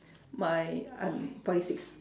my I'm forty six